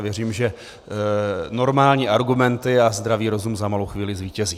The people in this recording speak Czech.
Věřím, že normální argumenty a zdravý rozum za malou chvíli zvítězí.